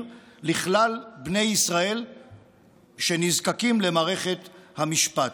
לכלל בני ישראל שנזקקים למערכת המשפט.